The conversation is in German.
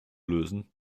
lösen